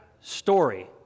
story